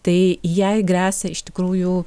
tai jai gresia iš tikrųjų